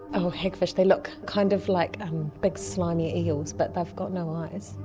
ah hagfish, they look kind of like and big slimy eels but they've got no eyes,